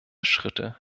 schritte